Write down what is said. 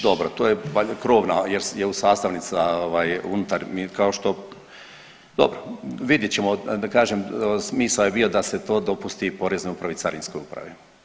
Dobro to je valjda krovna jer je sastavnica ovaj unutar kao što, dobro vidjet ćemo da kažem smisao je bio da se to dopusti Poreznoj upravi i Carinskoj upravi.